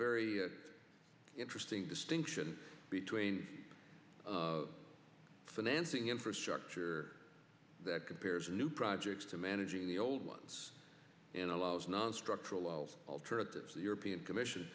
very interesting distinction between financing infrastructure that compares new projects to managing the old ones and allows nonstructural wells alternatives the european commission